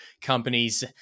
companies